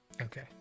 Okay